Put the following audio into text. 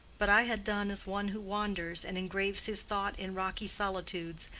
but i had done as one who wanders and engraves his thought in rocky solitudes,